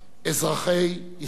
אזרחי ישראל.